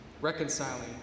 reconciling